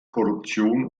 korruption